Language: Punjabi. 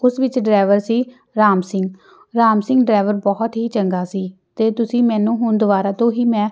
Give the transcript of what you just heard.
ਉਸ ਵਿੱਚ ਡਰਾਈਵਰ ਸੀ ਰਾਮ ਸਿੰਘ ਰਾਮ ਸਿੰਘ ਡਰਾਈਵਰ ਬਹੁਤ ਹੀ ਚੰਗਾ ਸੀ ਅਤੇ ਤੁਸੀਂ ਮੈਨੂੰ ਹੁਣ ਦੁਬਾਰਾ ਤੋਂ ਹੀ ਮੈਂ